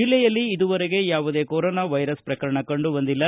ಜಿಲ್ಲೆಯಲ್ಲಿ ಇದುವರೆಗೆ ಯಾವುದೇ ಕೊರೊನಾ ವೈರಸ್ ಪ್ರಕರಣ ಕಂಡುಬಂದಿಲ್ಲ